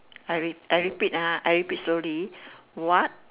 I re~ repeat ah I repeat slowly what